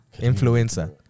influencer